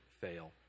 fail